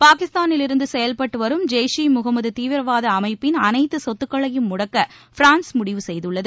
பாகிஸ்தாளில் இருந்து செயல்பட்டு வரும் ஜெய்ஷ் ஈ முஹமது தீவிரவாத அமைப்பிள் அனைத்து சொத்துகளையும் முடக்க பிரான்ஸ் முடிவு செய்துள்ளது